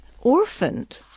orphaned